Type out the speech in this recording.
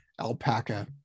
alpaca